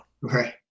Right